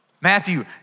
matthew